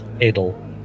Edel